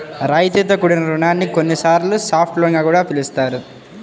రాయితీతో కూడిన రుణాన్ని కొన్నిసార్లు సాఫ్ట్ లోన్ గా పిలుస్తారు